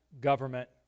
government